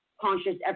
conscious